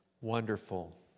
Wonderful